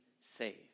saved